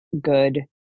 good